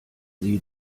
sie